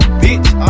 bitch